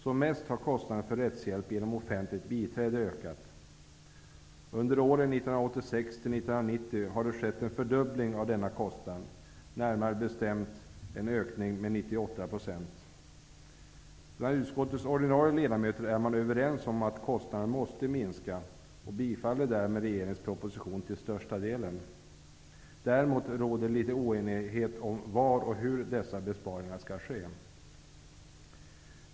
Som mest har kostnaden för rättshjälp genom offentligt biträde ökat. Under åren 1986-1990 har det skett en fördubbling av denna kostnad, närmare bestämt en ökning med 98 %. Bland utskottets ordinarie ledamöter är man överens om att kostnaderna måste minska och bifaller därmed regeringens proposition till största delen. Däremot råder det litet oenighet om var och hur dessa besparingar skall ske.